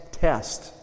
test